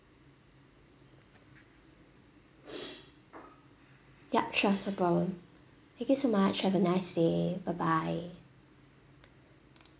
yup sure no problem thank you so much have a nice day bye bye